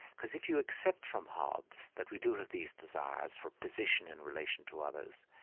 because if you accept from hobbes that we do have these desires for position in relation to others,